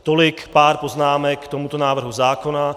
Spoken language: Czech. Tolik pár poznámek k tomuto návrhu zákona.